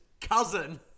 cousin